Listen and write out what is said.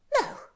No